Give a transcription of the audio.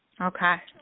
Okay